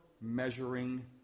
measuring